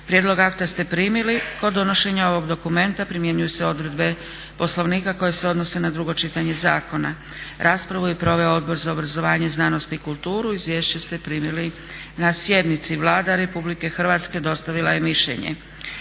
Prijedlog akta ste primili. Kod donošenja ovog dokumenta primjenjuju se odredbe Poslovnika koje se odnose na drugo čitanje zakona. Raspravu je proveo Odbor za obrazovanje, znanost i kulturu. Izvješća ste primili na sjednici. Vlada Republike Hrvatske dostavila je mišljenje.